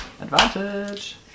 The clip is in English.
Advantage